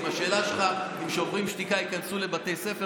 אם השאלה שלך אם שוברים שתיקה ייכנסו לבתי ספר,